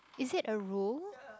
is it a rule